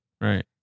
Right